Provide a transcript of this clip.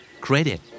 credit